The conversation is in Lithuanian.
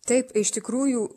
taip iš tikrųjų